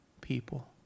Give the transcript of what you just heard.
people